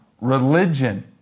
religion